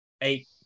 eight